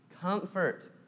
Comfort